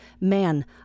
man